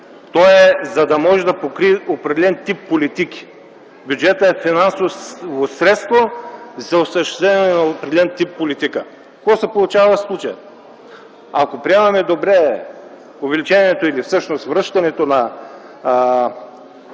то е, за да може да покрие определен тип политики. Бюджетът е финансово средство за осъществяване на определен тип политика. Какво се получава в случая? Ако приемем добре увеличението или връщането на